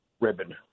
ribbon